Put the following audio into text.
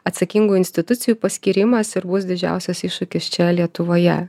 atsakingų institucijų paskyrimas ir bus didžiausias iššūkis čia lietuvoje